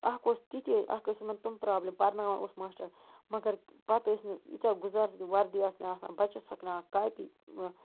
اَکھ اوس تِتہِ اَکھ ٲسۍ یِمن تٔمۍ پرٛابلِم پرناوان اوس ماشٹر مگر پتہٕ ٲسۍ نہٕ تیٖتیاہ گُزار زِ وردی ٲس نہٕ آسان پَچس ہۄکھناوان کاپی